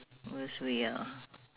worst way ya